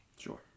Sure